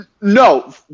No